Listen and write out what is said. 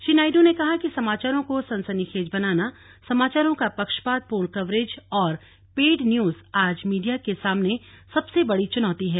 श्री नायड् ने कहा कि समाचारों को सनसनीखेज बनाना समाचारों का पक्षपात पूर्ण कवरेज और पेड न्यूज आज मीडिया के सामने सबसे बड़ी चुनौती है